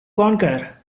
conquer